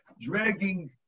dragging